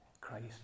Christ